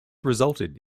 resulted